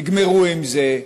תגמרו עם זה.